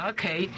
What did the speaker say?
Okay